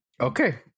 Okay